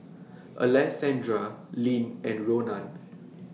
Alessandra Lyn and Ronan